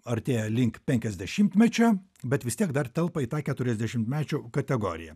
artėja link penkiasdešimtmečio bet vis tiek dar telpa į tą keturiasdešimtmečių kategoriją